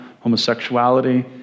homosexuality